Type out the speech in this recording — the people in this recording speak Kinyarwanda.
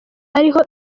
ariho